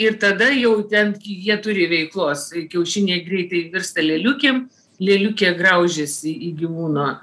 ir tada jau ten jie turi veiklos kiaušiniai greitai virsta lėliukėm lėliukė graužiasi į gyvūno